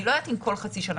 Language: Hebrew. אני לא יודעת אם כל חצי שנה.